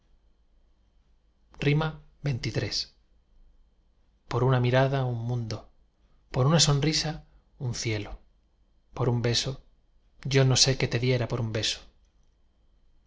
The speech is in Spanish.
xxiii por una mirada un mundo por una sonrisa un cielo por un beso yo no sé qué te diera por un beso